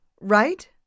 Right